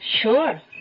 Sure